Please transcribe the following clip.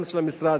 גם של המשרד,